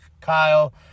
Kyle